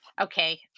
Okay